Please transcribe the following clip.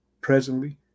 presently